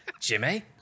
Jimmy